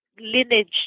lineage